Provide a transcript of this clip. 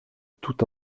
tout